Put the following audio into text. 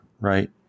right